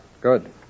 Good